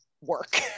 work